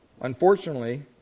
Unfortunately